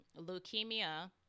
leukemia